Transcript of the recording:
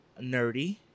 nerdy